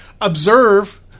observe